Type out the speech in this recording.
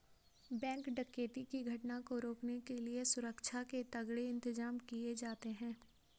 bank डकैती की घटना को रोकने के लिए सुरक्षा के तगड़े इंतजाम किए जाते हैं